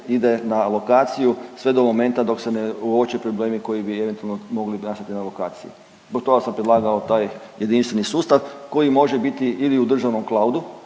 ide na alokaciju sve do momenta dok se ne uoče problemi koji bi eventualno mogli nastati na alokaciji. Zbog toga sam predlagao taj jedinstveni sustav koji može biti ili u državnom cloudu,